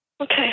Okay